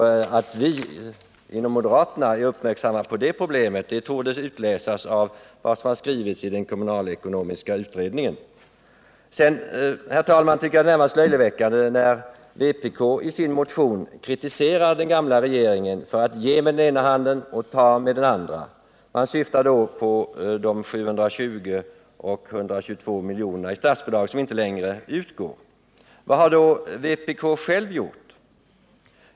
Att vi moderater är uppmärksamma på det problemet torde kunna utläsas av vad som skrivits i den kommunalekonomiska utredningen. Herr talman! Jag tycker det är närmast löjeväckande när vpk i sin motion kritiserar den gamla regeringen för att ha gett med den ena handen och tagit 26 med den andra. Vpk syftar då på de 720 och 122 miljoner i statsbidrag som inte längre utgår. Men vad har då vänsterpartiet kommunisterna själva gjort?